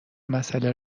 مساله